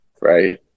Right